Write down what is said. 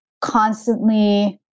constantly